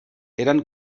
eren